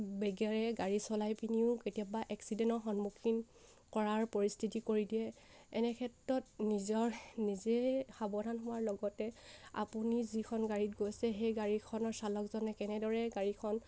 বেগেৰে গাড়ী চলাই পিনিও কেতিয়াবা এক্সিডেণ্টৰ সন্মুখীন কৰাৰ পৰিস্থিতি কৰি দিয়ে এনে ক্ষেত্ৰত নিজৰ নিজে সাৱধান হোৱাৰ লগতে আপুনি যিখন গাড়ীত গৈছে সেই গাড়ীখনৰ চালকজনে কেনেদৰে গাড়ীখন